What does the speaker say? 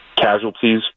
casualties